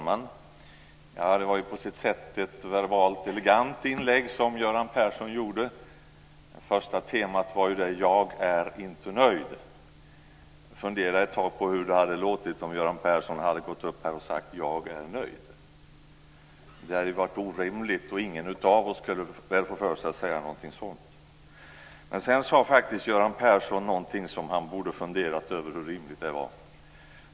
Fru talman! Det var på sitt sätt ett verbalt elegant inlägg som Göran Persson gjorde. Det första temat var: Jag är inte nöjd. Jag funderade ett tag på hur det hade låtit om Göran Persson hade gått upp i talarstolen och sagt: Jag är nöjd. Det hade varit orimligt. Ingen av oss skulle väl få för sig att säga något sådant. Sedan sade Göran Persson något som han borde ha funderat över hur rimligt det var.